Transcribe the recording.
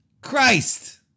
Christ